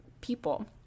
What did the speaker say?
people